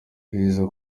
biza